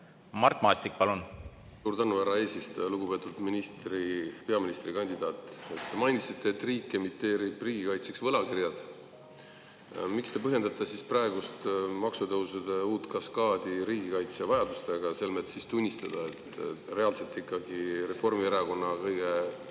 Mart Maastik, palun! Suur tänu, härra eesistuja! Lugupeetud peaministrikandidaat! Mainisite, et riik emiteerib riigikaitseks võlakirju. Miks te põhjendate praegust uut maksutõusude kaskaadi riigikaitsevajadustega, selmet tunnistada, et reaalselt ikkagi Reformierakonna kõige